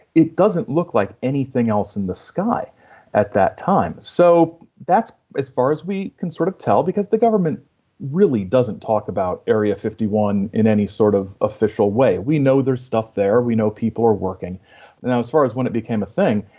it doesn't look like anything else in the sky at that time. so that's as far as we can sort of tell because the government really doesn't talk about area fifty one in any sort of official way. we know there's stuff there. we know people are working now, as far as when it became a thing,